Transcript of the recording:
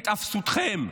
את אפסותכם.